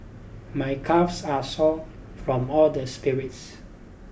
my calves are sore from all the spirits